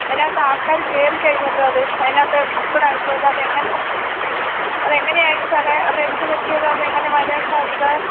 അതിനകത്ത് ആൾക്കാര് കയറിക്കഴിഞ്ഞല്ലോ അത് അതിനകത്ത് ബുക്ക്ഡായിപ്പോയല്ലോ അത് എങ്ങനെ അത് എങ്ങനെയായി സാറേ അതെന്തുപറ്റിയതാ അതങ്ങനെ വരാൻ സാധ്യത